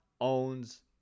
owns